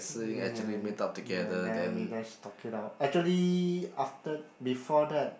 ya ya then they just talked it out actually after before that